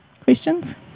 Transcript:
Questions